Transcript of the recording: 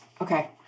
Okay